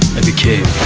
i became,